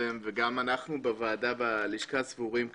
וגם אנחנו בוועדה בלשכה סבורים ,